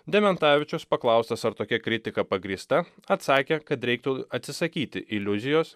dementavičius paklaustas ar tokia kritika pagrįsta atsakė kad reiktų atsisakyti iliuzijos